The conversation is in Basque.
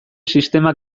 sistema